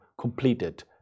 completed